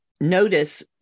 notice